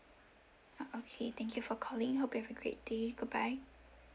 okay thank you for calling hope you have a great day goodbye